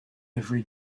every